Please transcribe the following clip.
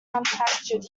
manufactured